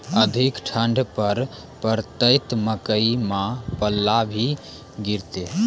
अधिक ठंड पर पड़तैत मकई मां पल्ला भी गिरते?